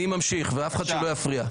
אני ממשיך ואף אחד שלא יפריע.